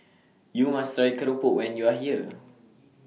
YOU must Try Keropok when YOU Are here